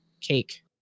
cake